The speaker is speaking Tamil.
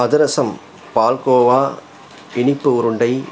அதிரசம் பால்கோவா இனிப்பு உருண்டை